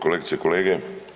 Kolegice i kolege.